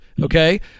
Okay